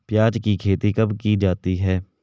प्याज़ की खेती कब की जाती है?